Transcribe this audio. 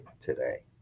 today